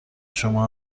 شما